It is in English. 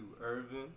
Irvin